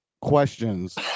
questions